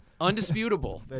Undisputable